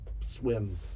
swim